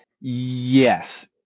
Yes